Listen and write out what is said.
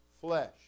flesh